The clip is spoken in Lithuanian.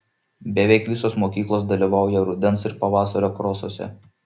beveik visos mokyklos dalyvauja rudens ir pavasario krosuose